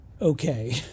Okay